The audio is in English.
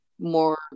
more